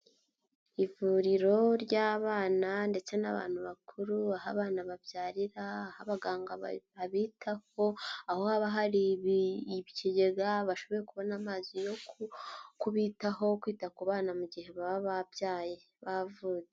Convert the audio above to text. Ivuriro ry'abana ndetse n'abantu bakuru baha abana babyarira aho abaganga babitaho aho haba hari ikigega bashoboye kubona amazi yo kubitaho kwita ku bana mu gihe baba babyaye bavutse.